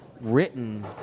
written